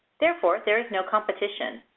therefore, there is no competition.